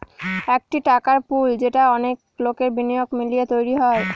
একটি টাকার পুল যেটা অনেক লোকের বিনিয়োগ মিলিয়ে তৈরী হয়